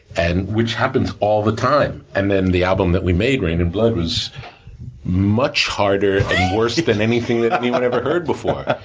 and which happens all the time. and then, the album that we made, reign in blood, was much harder, and worse than anything that anyone had ever heard before.